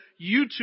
YouTube